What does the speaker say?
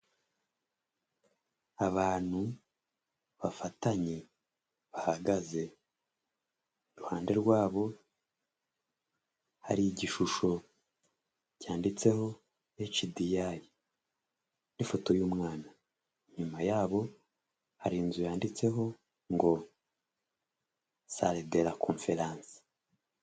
Abantu bafatanye bahagaze iruhande rwabo hari igishusho cyanditseho hecidiayi n'ifoto y'umwana inyuma yabo hari inzu yanditseho ngo sare de ra komferanse.